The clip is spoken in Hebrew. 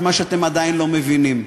את מה שאתם עדיין לא מבינים: